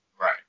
Right